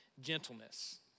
gentleness